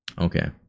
Okay